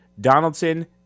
Donaldson